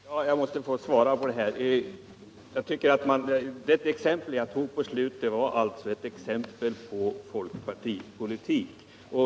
Herr talman! Jag måste få svara på detta. Det exempel jag anförde i slutet av mitt anförande var alltså ett exempel på folkpartipolitik.